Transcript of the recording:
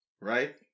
Right